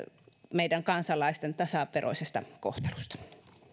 meidän kansalaisten tasaveroisesta kohtelusta